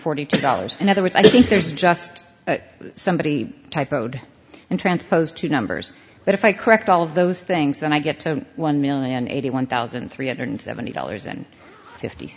forty two dollars in other words i think there's just somebody type road and transposed two numbers but if i correct all of those things then i get to one million eighty one thousand three hundred seventy dollars and fifty